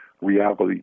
reality